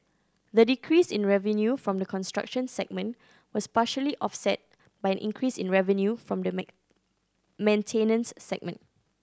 the decrease in revenue from the construction segment was partially offset by an increase in revenue from the main maintenance segment